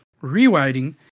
rewriting